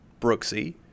Brooksy